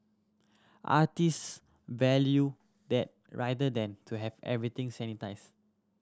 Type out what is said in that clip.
artist value that rather than to have everything sanitised